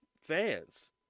fans